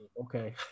Okay